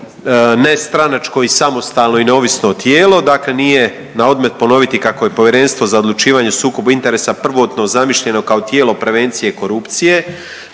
ne stranačko i samostalno i neovisno tijelo, dakle nije na odmet ponoviti kako je Povjerenstvo za odlučivanje o sukobu interesa prvotno zamišljeno kao tijelo prevencije korupcije.